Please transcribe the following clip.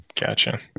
Gotcha